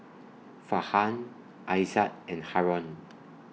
Farhan Aizat and Haron